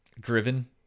driven